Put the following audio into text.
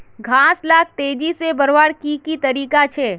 घास लाक तेजी से बढ़वार की की तरीका छे?